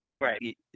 Right